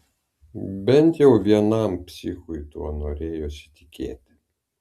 bent jau vienam psichui tuo norėjosi tikėti